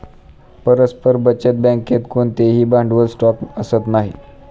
परस्पर बचत बँकेत कोणतेही भांडवल स्टॉक असत नाही